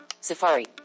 Safari